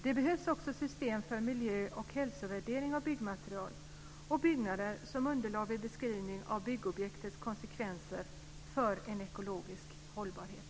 Det behövs också system för miljö och hälsovärdering av byggmaterial och byggnader som underlag vid beskrivning av byggobjekts konsekvenser för en ekologisk hållbarhet.